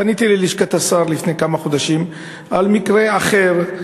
פניתי ללשכת השר לפני כמה חודשים על מקרה אחר,